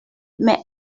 mais